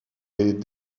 est